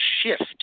shift